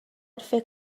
فکر